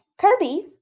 Kirby